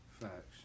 Facts